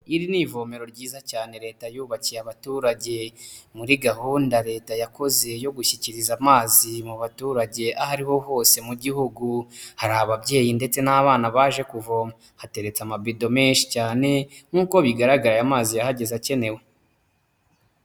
Iri ni ivomero ryiza cyane leta yubakiye abaturage, muri gahunda leta yakoze yo gushyikiriza amazi mu baturage aho ariho hose mu gihugu. Hari ababyeyi ndetse n'abana baje kuvoma. Hateretse amabido menshi cyane nk'uko bigaraga aya amazi yahageze akenewe.